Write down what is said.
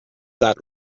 that